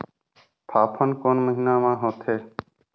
फाफण कोन महीना म होथे?